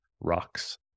rocks